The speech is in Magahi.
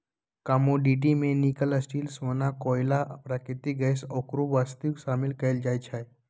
कमोडिटी में निकल, स्टील,, सोना, कोइला, प्राकृतिक गैस आउरो वस्तु शामिल कयल जाइ छइ